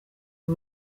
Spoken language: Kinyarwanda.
ubu